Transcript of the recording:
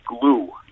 glue